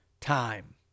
Time